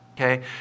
okay